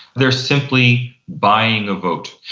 they are simply buying a vote.